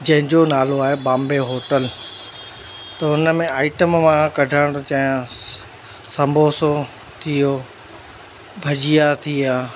जंहिंजो नालो आहे बॉम्बे होटल त हुनमें आइटम मां कढाइण थो चयांसि संबोसो थी वियो भजिया थी विया